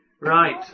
Right